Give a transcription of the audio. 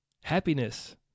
Happiness